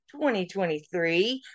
2023